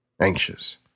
anxious